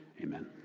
Amen